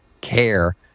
care